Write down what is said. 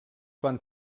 van